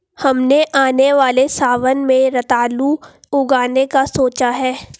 हमने आने वाले सावन में रतालू उगाने का सोचा है